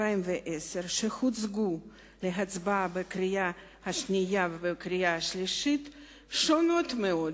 שהוצגו להצבעה בקריאה השנייה ובקריאה השלישית שונות מאוד